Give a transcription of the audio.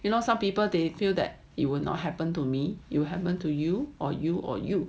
you know some people they feel that it will not happen to me you happen to you or you or you